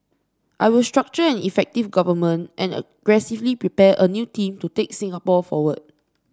I will structure an effective Government and aggressively prepare a new team to take Singapore forward